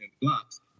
blocks